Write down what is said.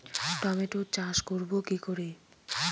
টমেটোর চাষ করব কি করে?